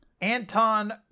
Anton